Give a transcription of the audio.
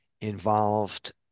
involved